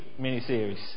miniseries